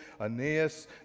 Aeneas